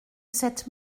cette